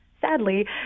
Sadly